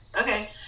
Okay